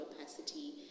opacity